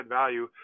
value